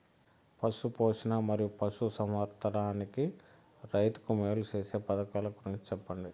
పశు పోషణ మరియు పశు సంవర్థకానికి రైతుకు మేలు సేసే పథకాలు గురించి చెప్పండి?